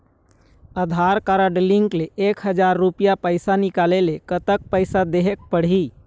आधार card link ले एक हजार रुपया पैसा निकाले ले कतक पैसा देहेक पड़ही?